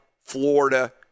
Florida